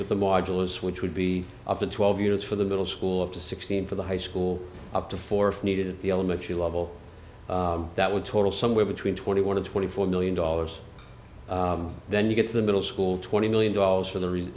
modulus which would be up to twelve years for the middle school up to sixteen for the high school up to four if needed at the elementary level that would total somewhere between twenty one of twenty four million dollars then you get to the middle school twenty million dollars for the reason